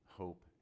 hope